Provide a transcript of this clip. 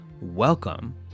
Welcome